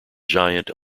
giant